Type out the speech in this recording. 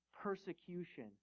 persecution